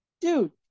dude